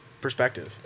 perspective